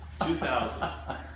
2000